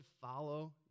follow